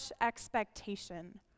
expectation